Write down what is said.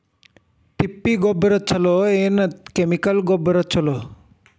ತಿಪ್ಪಿ ಗೊಬ್ಬರ ಛಲೋ ಏನ್ ಅಥವಾ ಕೆಮಿಕಲ್ ಗೊಬ್ಬರ ಛಲೋ?